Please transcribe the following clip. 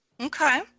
Okay